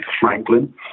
Franklin